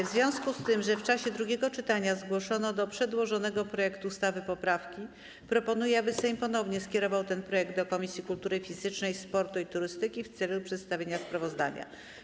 W związku z tym, że w czasie drugiego czytania zgłoszono do przedłożonego projektu ustawy poprawki, proponuję, aby Sejm ponownie skierował ten projekt do Komisji Kultury Fizycznej, Sportu i Turystyki w celu przedstawienia sprawozdania.